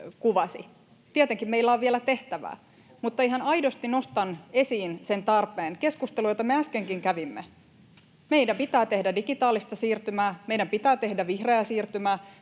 Tietenkin meillä on vielä tehtävää. Mutta ihan aidosti nostan esiin sen tarpeen, keskustelun, jota me äskenkin kävimme. Meidän pitää tehdä digitaalista siirtymää. Meidän pitää tehdä vihreää siirtymää.